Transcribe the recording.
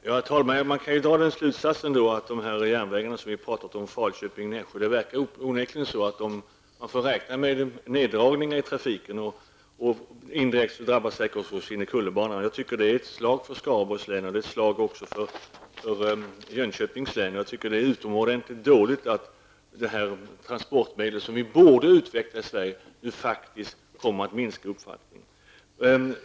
Herr talman! Man kan ju dra den slutsatsen att när det gäller de järnvägssträckor som vi har talat om -- Falköping--Nässjö och Norrlandstrafiken -- verkar det onekligen som att vi får räkna med neddragningar av trafiken. Indirekt drabbas också Kinnekullebanan. Jag tycker att det är ett slag mot Skaraborgs län, och också mot Jönköpings län. Jag tycker att det är utomordentligt dåligt att det transportmedel som vi borde utveckla i Sverige nu faktiskt kommer att minska i omfattning.